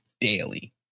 daily